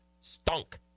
stunk